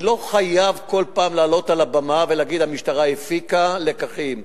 אני לא חייב כל פעם לעלות על הבמה ולהגיד: המשטרה הפיקה לקחים.